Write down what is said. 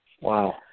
Wow